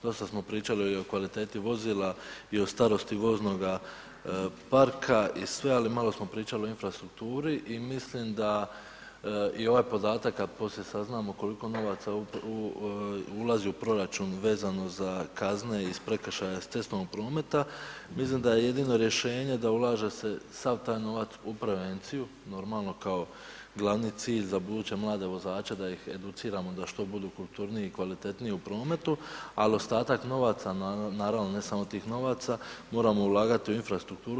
Dosta smo pričali i o kvaliteti vozila i o starosti voznoga parka i sve, ali malo smo pričali o infrastrukturi i mislim da i ovaj podatak, a poslije saznamo koliko novaca ulazi u proračun vezano za kazne iz prekršaja iz cestovnog prometa, mislim da je jedino rješenje da ulaže se sav taj novac u prevenciju, normalno, kao glavni cilj za buduće mlade vozače da ih educiramo da što budu kulturniji i kvalitetniji u prometu, al ostatak novaca, naravno ne samo tih novaca, moramo ulagati u infrastrukturu.